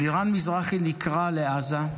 אלירן מזרחי נקרא לעזה,